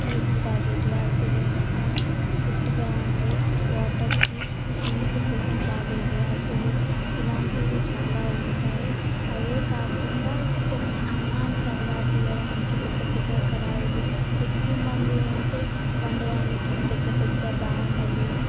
జ్యూసులు తాగే గ్లాసులు ఉట్టిగా ఉండే వాటర్కి నీళ్ళు కోసం తాగే గ్లాసులు ఇలాంటివి చాలా ఉంటాయి అదే కాకుండా కొన్నిఅన్నం అలా తీయడానికి పెద్ద పెద్ద కడాయిలు ఎక్కువ మంది ఉంటే వండడానికి పెద్ద పెద్ద బాణళ్ళు